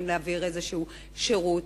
שצריכים להעביר איזשהו שירות.